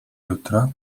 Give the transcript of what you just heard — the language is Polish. jutra